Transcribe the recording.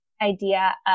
idea